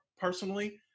personally